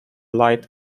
light